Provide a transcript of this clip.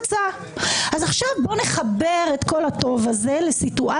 אז עכשיו בואו נחבר את כל "הטוב הזה"